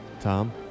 Tom